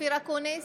אופיר אקוניס,